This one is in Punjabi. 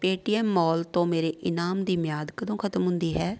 ਪੇਟੀਐਮ ਮੋਲ ਤੋਂ ਮੇਰੇ ਇਨਾਮ ਦੀ ਮਿਆਦ ਕਦੋਂ ਖਤਮ ਹੁੰਦੀ ਹੈ